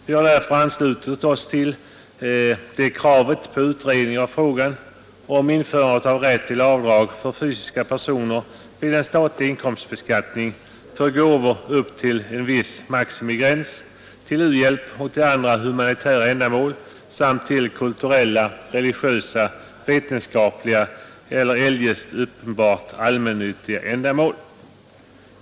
Vi har därför anslutit oss till kravet på utredning av frågan om införandet av rätt till avdrag för fysiska personer vid den statliga inkomstbeskattningen för gåvor upp till en viss maximigräns till u-hjälp och andra humanitära ändamål samt till kulturella, religiösa, vetenskapliga eller eljest uppenbart allmännyttiga ändamål.